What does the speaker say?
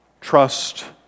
trust